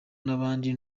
n’abandi